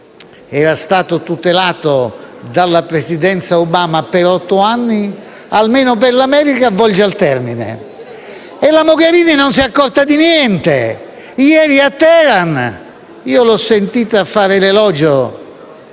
era stato tutelato dalla Presidenza Obama per otto anni, almeno per l'America volge al termine. E la Mogherini non si è accorta di niente! Ieri a Teheran l'ho sentita fare l'elogio